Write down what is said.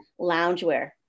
loungewear